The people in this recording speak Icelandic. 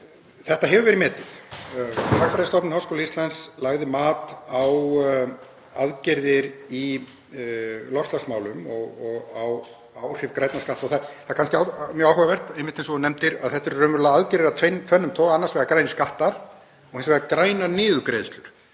Þetta hefur verið metið. Hagfræðistofnun Háskóla Íslands lagði mat á aðgerðir í loftslagsmálum og á áhrif grænna skatta og það er kannski mjög áhugavert, einmitt eins og hv. þingmaður nefndir, að þetta eru raunverulega aðgerðir af tvennum toga, annars vegar grænir skattar og hins vegar grænar niðurgreiðslur